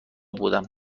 بودم